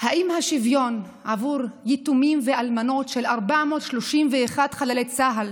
האם השוויון עבור יתומים ואלמנות של 431 חללי צה"ל